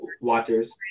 watchers